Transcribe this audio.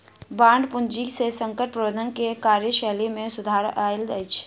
bond पूंजी से संकट प्रबंधन के कार्यशैली में सुधार आयल अछि